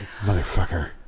motherfucker